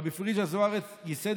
רבי פריג'א זוארץ ייסד,